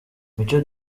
mico